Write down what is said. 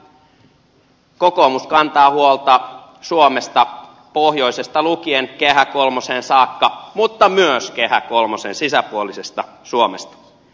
kyllä kokoomus kantaa huolta suomesta pohjoisesta lukien kehä kolmoseen saakka mutta myös kehä kolmosen sisäpuolisesta suomesta